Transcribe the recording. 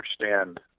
understand